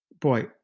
Boy